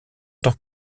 tant